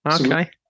Okay